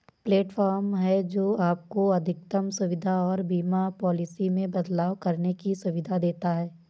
platform है, जो आपको अधिकतम सुविधा और बीमा पॉलिसी में बदलाव करने की सुविधा देता है